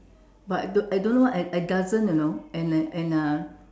but I don't I don't know what I I doesn't you know and I and uh